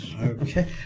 Okay